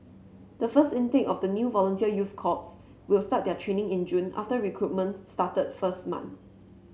the first intake of the new volunteer youth corps will start their training in June after recruitment started first month